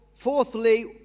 Fourthly